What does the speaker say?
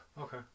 Okay